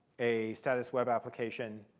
a status web application.